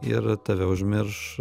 ir tave užmirš